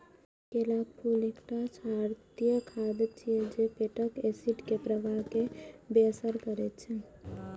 केलाक फूल एकटा क्षारीय खाद्य छियै जे पेटक एसिड के प्रवाह कें बेअसर करै छै